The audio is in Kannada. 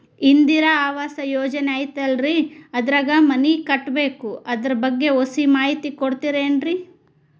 ಇಂದಿರಾ ಆವಾಸ ಯೋಜನೆ ಐತೇಲ್ರಿ ಅದ್ರಾಗ ಮನಿ ಕಟ್ಬೇಕು ಅದರ ಬಗ್ಗೆ ಒಸಿ ಮಾಹಿತಿ ಕೊಡ್ತೇರೆನ್ರಿ?